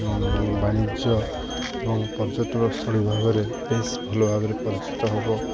ବାଣିଜ୍ୟ ଏବଂ ପର୍ଯ୍ୟଟନସ୍ଥଳୀ ଭାବରେ ବେଶ ଭଲ ଭାବରେ ପରିଚିତ ହବ